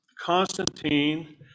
Constantine